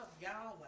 Yahweh